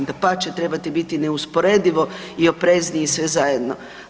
Dapače, trebate biti neusporedivo oprezniji i sve zajedno.